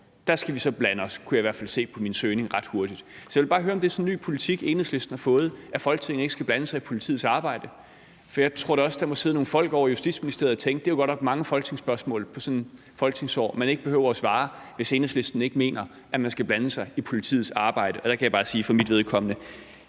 laver, skal vi blande os i. Det kunne jeg i hvert fald ret hurtigt se på min søgning. Så jeg vil bare høre, om det er sådan en ny politik, Enhedslisten har fået, at Folketinget ikke skal blande sig i politiets arbejde. For jeg tror da også, at der må sidde nogle folk ovre i Justitsministeriet, som tænker, at der godt nok er mange folketingsspørgsmål på sådan et folketingsår, man ikke behøver at svare på, hvis Enhedslisten ikke mener, at man skal blande sig i politiets arbejde. Der kan jeg for mit vedkommende